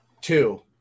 two